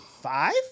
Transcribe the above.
Five